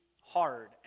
hard